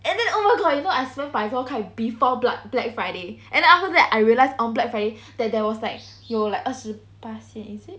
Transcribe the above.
and then oh my god you know I spent 百多块 before blood black friday and after that I realized on black friday that there was like 有 like 二十巴先 is it